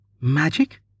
Magic